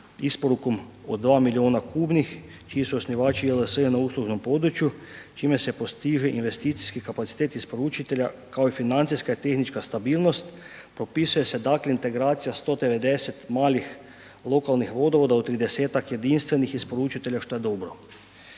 isporukom od 2 milijuna kubnih čiji su osnivači JLS na uslužnom području čime se postiže investicijski kapacitet isporučitelja kao i financijska i tehnička stabilnost, propisuje da se dakle integracija 190 malih lokalnih vodovoda od 30-ak jedinstvenih isporučitelja šta je dobro.